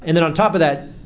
and then on top of that,